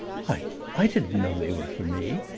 why i didn't know they were for me!